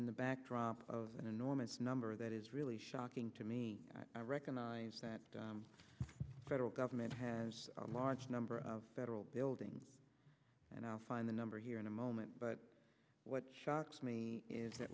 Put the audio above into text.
in the backdrop of an enormous number that is really shocking to me i recognize that the federal government has a large number of federal buildings and i find the number here in a moment but what shocks me is that